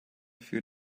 few